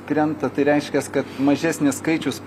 krenta tai reiškias kad mažesnis skaičius